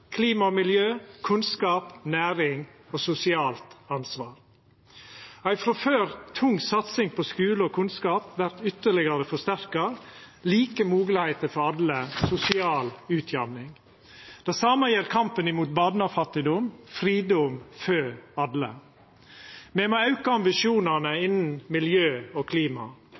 klima og miljø, kunnskap, næring og sosialt ansvar. Ei frå før tung satsing på skule og kunnskap vert ytterlegare forsterka: like moglegheiter for alle og sosial utjamning. Det same gjeld kampen mot barnefattigdom: fridom for alle. Me må auka ambisjonane innan miljø og klima.